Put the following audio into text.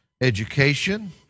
education